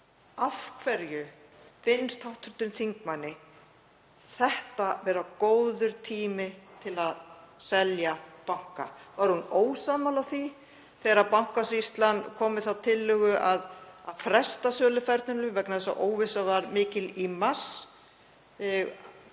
Af hverju finnst hv. þingmanni þetta vera góður tími til að selja banka? Var hún ósammála því þegar Bankasýslan kom með þá tillögu að fresta söluferlinu vegna þess að óvissan var mikil í mars?